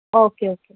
okay okay